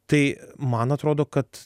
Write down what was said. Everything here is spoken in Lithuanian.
tai man atrodo kad